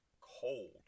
cold